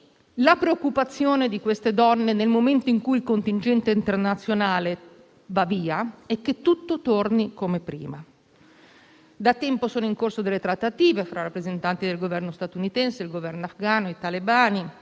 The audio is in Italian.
cui preoccupazione, nel momento in cui il contingente internazionale andrà via, è che tutto torni come prima. Da tempo sono in corso delle trattative fra rappresentanti del Governo statunitense e il Governo afghano, i talebani,